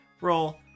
roll